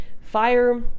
fire